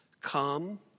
Come